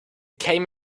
came